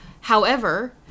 However-